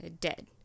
dead